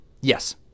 Yes